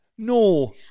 No